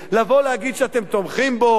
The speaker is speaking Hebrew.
לבוא ולהגיד שאתם תומכים בו,